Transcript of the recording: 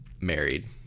married